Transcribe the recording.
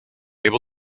able